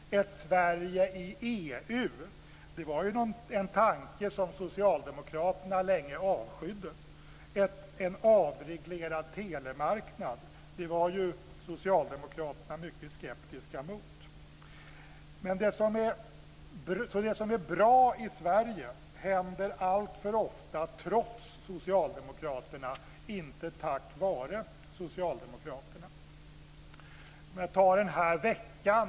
Ett Sverige i EU var en tanke som Socialdemokraterna länge avskydde. En avreglerad telemarknad var Socialdemokraterna mycket skeptiska mot. Det som är bra i Sverige händer alltför ofta trots Socialdemokraterna, inte tack vare Socialdemokraterna. Vi kan ta den här veckan.